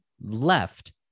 left